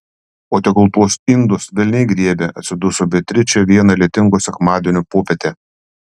o tegul tuos indus velniai griebia atsiduso beatričė vieną lietingo sekmadienio popietę